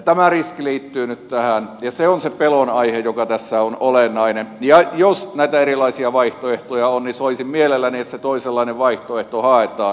tämä riski liittyy nyt tähän ja se on se pelon aihe joka tässä on olennainen ja jos näitä erilaisia vaihtoehtoja on niin soisin mielelläni että se toisenlainen vaihtoehto haetaan